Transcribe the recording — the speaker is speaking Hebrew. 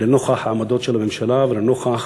לנוכח העמדות של הממשלה ולנוכח